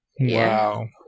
Wow